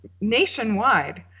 nationwide